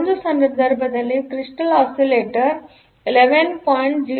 ಒಂದು ಸಂದರ್ಭದಲ್ಲಿ crystal oscillator 11